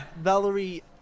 Valerie